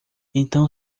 então